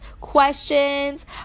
questions